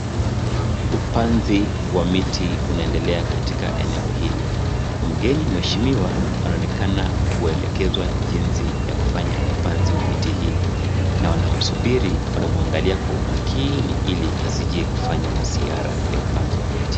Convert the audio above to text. Upanzi wa miti unaendelea katika eneo hili. Mngeni mheshimiwa anaonekana kuelekeswa jinsi ya kufanya upanzi wa miti hii na wanamsubiri wanamwaangalia kwa makini ili asijekufanya mashihara ya upanzi wa miti.